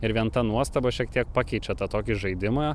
ir vien ta nuostaba šiek tiek pakeičia tą tokį žaidimą